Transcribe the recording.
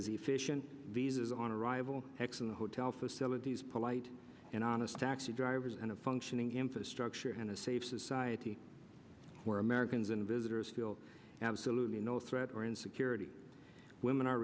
is efficient visas on arrival x in the hotel facilities polite and honest taxi drivers and a functioning infrastructure and a safe society where americans and visitors feel absolutely no threat or insecurity women are